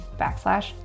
backslash